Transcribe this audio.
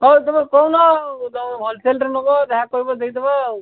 ହଉ ତମେ କହୁନ ତମେ ହୋଲସେଲ୍ ରେ ନେବ ଯାହା କହିବ ଦେଇଦେବା ଆଉ